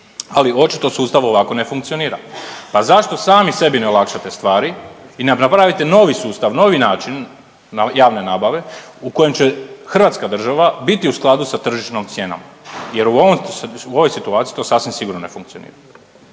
ali očito sustav ovako ne funkcionira. Pa zašto sami sebi ne olakšate stvari i napravite novi sustav, novi način javne nabave u kojem će hrvatska država biti u skladu sa tržišnim cijenama jer u ovoj situaciji to sasvim sigurno ne funkcionira.